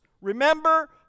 Remember